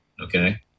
Okay